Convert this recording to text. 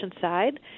side